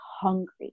hungry